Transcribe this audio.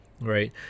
right